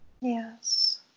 Yes